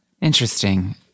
Interesting